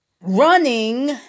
running